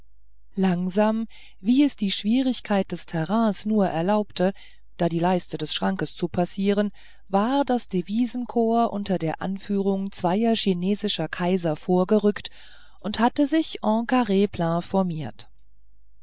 langsam wie es die schwierigkeit des terrains nur erlaubte da die leiste des schranks zu passieren war das devisenkorps unter der anführung zweier chinesischer kaiser vorgerückt und hatte sich en quarr plain formiert